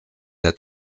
der